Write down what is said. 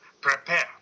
Prepare